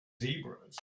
zebras